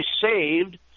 saved